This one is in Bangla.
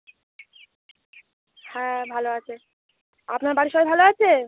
হ্যাঁ ভালো আছে আপনার বাড়ির সবাই ভালো আছে